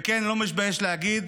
וכן, אני לא מתבייש להגיד,